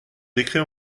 décret